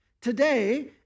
Today